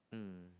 mm